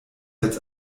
jetzt